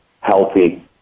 healthy